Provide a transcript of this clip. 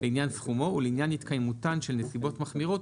לעניין סכומו ולעניין התקיימותן של נסיבות מחמירות,